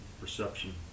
perception